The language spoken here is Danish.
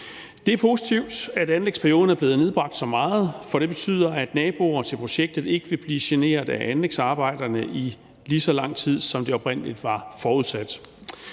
Det er positivt, at anlægsperioden er blevet nedbragt så meget, for det betyder, at naboer til projektet ikke vil blive generet af anlægsarbejderne i lige så lang tid, som det oprindelig var forudsat.